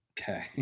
Okay